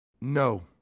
no